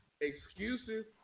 Excuses